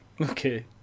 Okay